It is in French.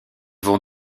vont